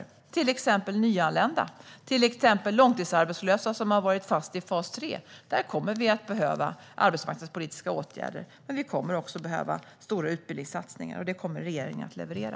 Det gäller till exempel nyanlända eller långtidsarbetslösa som har varit fast i fas 3. Där kommer vi att behöva arbetsmarknadspolitiska åtgärder. Men vi kommer också att behöva stora utbildningssatsningar, och det kommer regeringen att leverera.